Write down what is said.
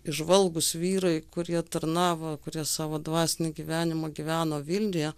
įžvalgūs vyrai kurie tarnavo kurie savo dvasinį gyvenimą gyveno vilniuje